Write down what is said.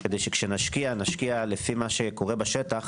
כדי שכשנשקיע, נשקיע לפי מה שקורה בשטח